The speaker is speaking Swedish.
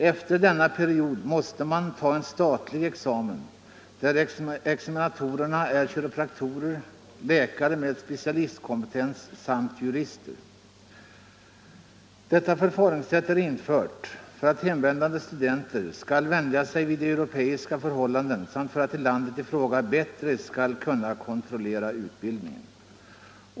Efter denna period måste man ta en statlig examen där examinatorerna är kiropraktorer, läkare med specialistkompetens samt jurister. Detta förfaringssätt är infört för att hemvändande studenter skall vänja sig vid europeiska förhållanden samt för att landet i fråga bättre skall kunna kontrollera utbildningen.